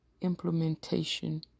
implementation